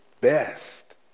best